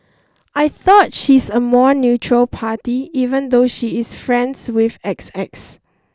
I thought she's a more neutral party even though she is friends with X X